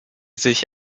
sich